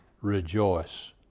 rejoice